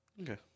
Okay